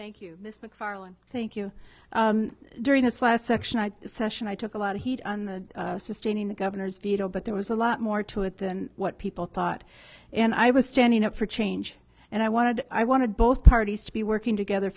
thank you miss macfarlane thank you during this last section i session i took a lot of heat on the sustaining the governor's veto but there was a lot more to it than what people thought and i was standing up for change and i wanted i wanted both parties to be working together